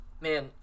man